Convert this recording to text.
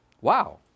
wow